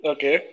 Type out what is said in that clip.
Okay